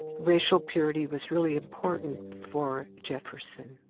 racial purity was really important for jefferson.